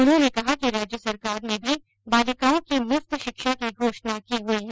उन्होंने कहा कि राज्य सरकार ने भी बालिकाओं की मुफ्त शिक्षा की घोषणा की हुई है